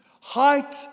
height